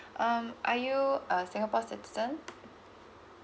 um are you a singapore citizen